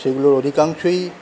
সেগুলোর অধিকাংশই